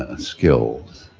ah skills.